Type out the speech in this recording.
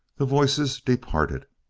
the voices departed.